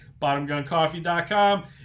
bottomguncoffee.com